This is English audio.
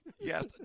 Yes